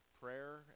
prayer